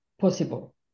possible